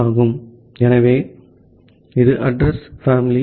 ஆகவே இது address family